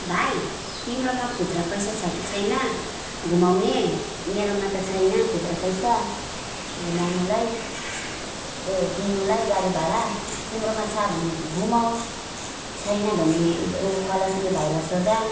भाइ तिम्रोमा खुद्रा पैसा छ कि छैन घुमाउने मेरोमा त छैन खुद्रा पैसा घुमाउनुलाई ए दिनुलाई गाडी भाडा तिम्रोमा छ भने घुमाउ छैन भने खलासी भाइलाई सोध